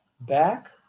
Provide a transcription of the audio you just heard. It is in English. back